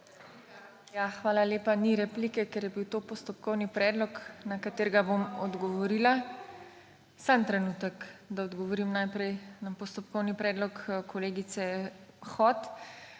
Hvala lepa. Ni replike, ker je bil to postopkovni predlog, na katerega bom odgovorila. / oglašanje iz dvorane/ Samo trenutek, da odgovorim najprej na postopkovni predlog kolegice Hot.